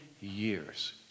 years